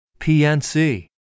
PNC